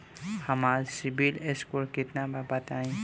हमार सीबील स्कोर केतना बा बताईं?